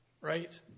right